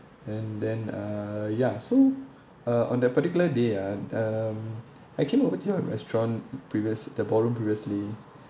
and then uh ya so uh on that particular day uh um I came over to your restaurant previous the ballroom previously